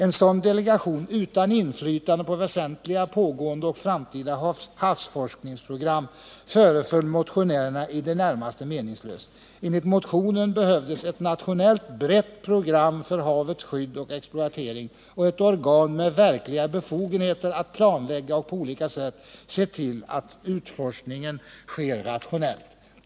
En sådan delegation utan inflytande på väsentliga pågående och framtida havsforskningsprogram föreföll motionärerna i det närmaste meningslös. Enligt motionen behövdes ett nationellt brett program för havets skydd och exploatering och ett organ med verkliga befogenheter att planlägga utforskningen och se till att denna sker rationellt.